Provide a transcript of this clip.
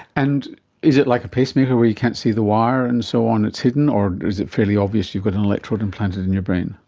and is it like a pacemaker where you can't see the wire and so on, it's hidden, or is it fairly obvious you've got an electrode implanted in your brain?